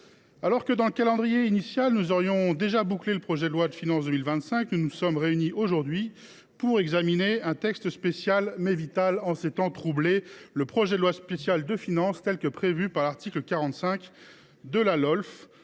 Alors que, selon le calendrier initial, nous aurions déjà bouclé le projet de loi de finances 2025, nous sommes réunis aujourd’hui pour examiner un texte spécial, mais vital en ces temps troublés, le projet de loi spéciale prévue par l’article 45 de la loi